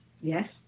Yes